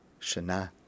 Shana